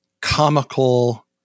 comical